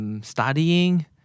studying